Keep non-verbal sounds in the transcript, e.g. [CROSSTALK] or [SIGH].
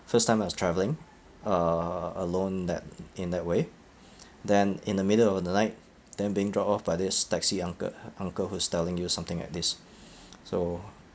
first time I was travelling uh alone that in that way then in the middle of the night then being dropped off by this taxi uncle uncle who's telling you something like this [NOISE] so